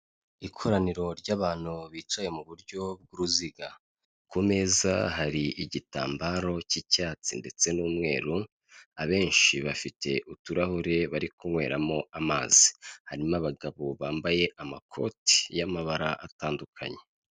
Ikoraniro ry'abantu bicaye mu buryo bw'uruziga. Ku meza, hari igitambaro cy'icyatsi ndetse n'umweru, abenshi bafite uturahure bari kunyweramo amazi. Harimo abagabo bambaye amakoti y'amabara atandukanye.